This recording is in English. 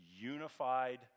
unified